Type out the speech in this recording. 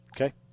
Okay